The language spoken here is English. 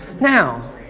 Now